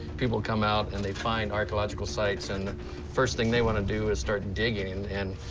people come out and they find archaeological sites, and first thing they want to do is start digging. and,